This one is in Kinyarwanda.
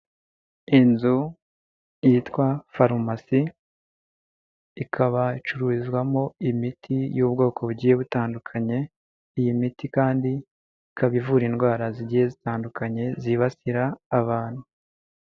Inzu yitwa farumasi ikaba icururizwamo imiti y'ubwoko bugiye butandukanye, iyi miti kandi ikaba ivura indwara zigiye zitandukanye zibasira abantu.